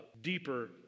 deeper